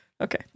Okay